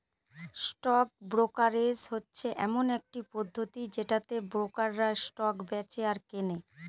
stock brokerage হচ্ছে এমন একটি পদ্ধতি যেটাতে ব্রোকাররা স্টক বেঁচে আর কেনে